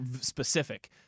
specific